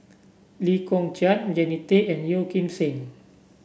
Lee Kong Chian Jannie Tay and Yeo Kim Seng